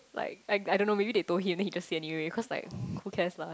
like I I don't know maybe they told him then he just say anyway cause like who cares lah ya